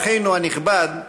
אורחנו הנכבד,